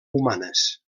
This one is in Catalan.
humanes